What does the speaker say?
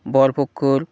বরপক্ষর